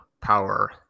power